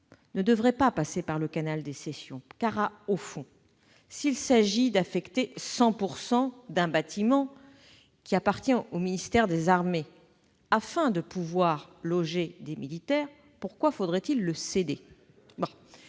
ne devrait pas passer par le canal des cessions. Au fond, s'il s'agit d'affecter 100 % d'un bâtiment appartenant au ministère des armées au logement de militaires, pourquoi faudrait-il le céder ?